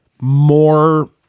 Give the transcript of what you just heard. more